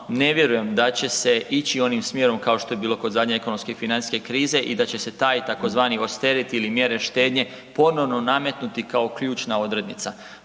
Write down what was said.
ne vjerujem da će se ići onim smjerom kao što je bilo kod zadnje ekonomske i financijske krize i da će se taj tzv. osteriti ili mjere štednje ponovno nametnuti kao ključna odrednica.